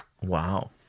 Wow